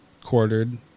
quartered